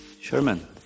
Sherman